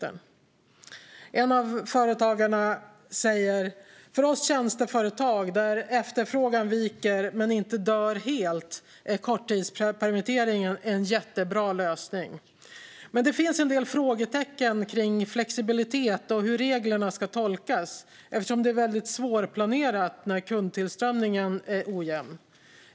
En av företagarna säger: För oss tjänsteföretag där efterfrågan viker men inte dör helt är korttidspermitteringen en jättebra lösning. Men det finns en del frågetecken kring flexibilitet och hur reglerna ska tolkas eftersom det är väldigt svårplanerat när kundtillströmningen är ojämn.